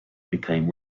became